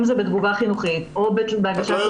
אם זה בתגובה חינוכית או בהגשת תלונה במשטרה.